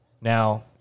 Now